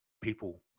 people